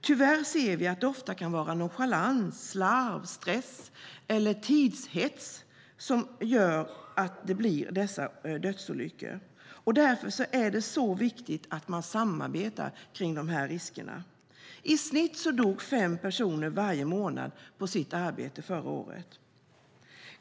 Tyvärr ser vi att det ofta kan vara nonchalans, slarv, stress eller tidshets som gör att dessa dödsolyckor sker, och därför är det viktigt att man samarbetar kring dessa risker. I snitt dog fem personer varje månad på sitt arbete förra året.